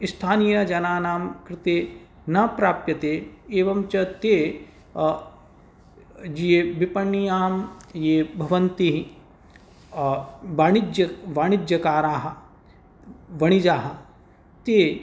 स्थानीयजनानां कृते न प्राप्यते एवं च ते ये विपण्यां ये भवन्ति वाणिज्य वाणिज्यकाराः वणिजः ते